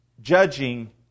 judging